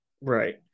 Right